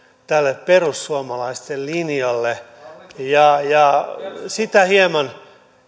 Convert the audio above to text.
tälle perussuomalaisten linjalle ja ja sitä hieman